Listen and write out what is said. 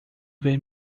ver